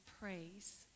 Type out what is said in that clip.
praise